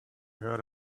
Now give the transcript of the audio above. heard